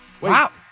wow